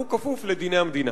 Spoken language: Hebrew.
והוא כפוף לדיני המדינה.